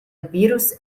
virus